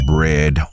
Bread